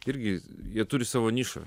irgi jie turi savo nišą